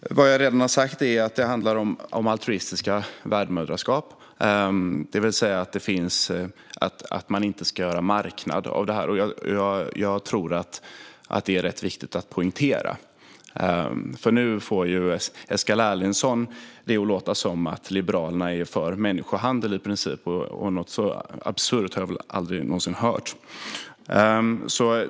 Fru talman! Vad jag redan har sagt är att det handlar om altruistiskt värdmoderskap, det vill säga att man inte ska göra marknad av det här. Jag tror att det är viktigt att poängtera detta, för nu får Mikael Eskilandersson det att låta som att Liberalerna i princip är för människohandel - och något så absurt har jag väl aldrig någonsin hört.